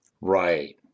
Right